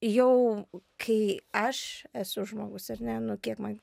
jau kai aš esu žmogus ar ne nu kiek man